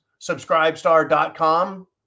subscribestar.com